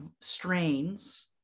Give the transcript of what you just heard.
strains